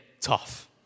tough